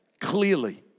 clearly